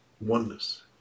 oneness